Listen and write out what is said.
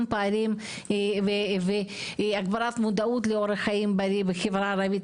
פערים והגברת המודעות לאורח חיים בריא בחברה הערבית,